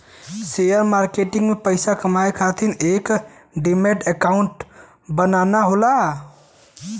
share market में पइसा कमाये खातिर एक डिमैट अकांउट बनाना होला